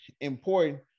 important